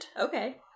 Okay